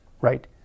right